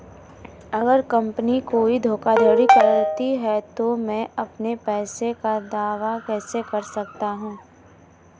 अगर कंपनी कोई धोखाधड़ी करती है तो मैं अपने पैसे का दावा कैसे कर सकता हूं?